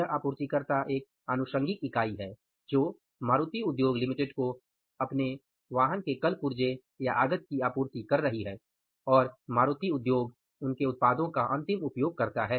यह आपूर्तिकर्ता एक आनुषंगीक इकाई है जो मारुति उद्योग लिमिटेड को अपने कल पुर्जेआगत की आपूर्ति कर रही है और मारुति उद्योग उनके उत्पादों का अंतिम उपयोगकर्ता है